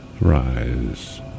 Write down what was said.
rise